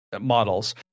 models